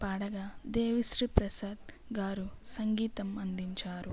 పాడగా దేవిశ్రీప్రసాద్ గారు సంగీతం అందించారు